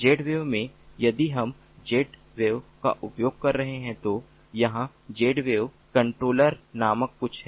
Zwave में यदि हम Zwave का उपयोग कर रहे हैं तो यहाँ Zwave कंट्रोलर नामक कुछ है